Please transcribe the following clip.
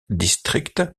district